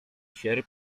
sierp